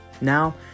Now